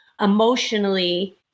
emotionally